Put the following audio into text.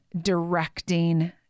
directing